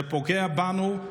זה פוגע בנו,